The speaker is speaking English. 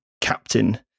captain